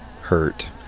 hurt